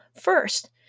first